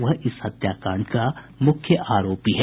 वह इस हत्याकांड का मुख्य आरोपी है